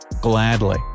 Gladly